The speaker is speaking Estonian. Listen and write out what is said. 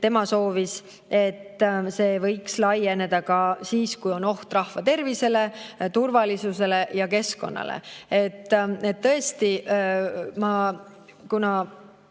tema soovis, et see võiks laieneda ka sellele, kui on oht rahva tervisele, turvalisusele ja keskkonnale. Tõesti,